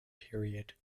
period